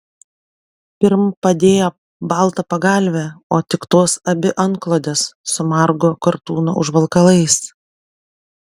pirm padėjo baltą pagalvę o tik tos abi antklodes su margo kartūno užvalkalais